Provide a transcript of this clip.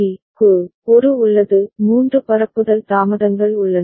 க்கு ஒரு உள்ளது மூன்று பரப்புதல் தாமதங்கள் உள்ளன